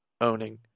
owning